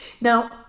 Now